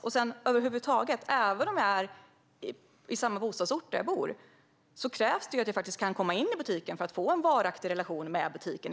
Om det gäller den egna bostadsorten krävs det ändå att man kan komma in i butiken i fråga för att få en varaktig relation med den.